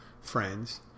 friends